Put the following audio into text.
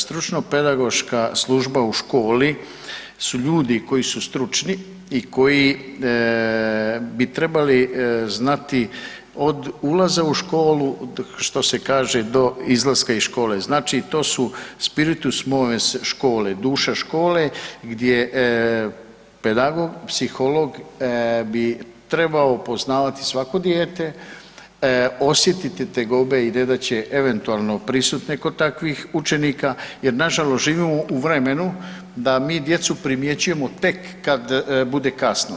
Stručno-pedagoška služba u školi su ljudi koji su stručni i koji bi trebali znati od ulaza u školu, što se kaže, do izlaska iz škole, znači to su spiritus movens škole, duša škole, gdje pedagog, psiholog bi trebao poznavati svako dijete, osjetiti tegobe i nedaće eventualno prisutne kod takvih učenika jer nažalost živimo u vremenu da mi djecu primjećujemo tek kad bude kasno.